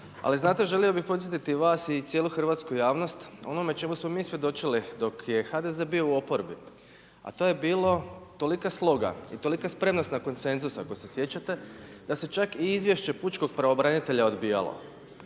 Ali znate želio bih podsjetiti i vas i cijelu hrvatsku javnost o onome čemu smo mi svjedočili dok je HDZ bio u oporbi a to je bilo tolika sloga i tolika spremnost na konsenzus da se čak i izvješće pučkog pravobranitelja odbijalo